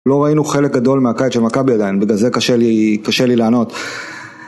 לא ראינו חלק גדול מהקיץ של מכבי עדיין, בגלל זה קשה לי לענות.